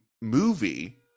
movie